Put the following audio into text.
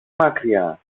μακριά